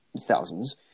thousands